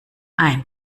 ein